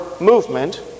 movement